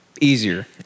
easier